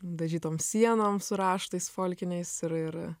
dažytom sienom su raštais folkiniais ir ir